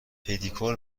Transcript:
پدیکور